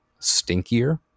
stinkier